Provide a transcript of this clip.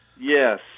Yes